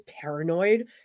paranoid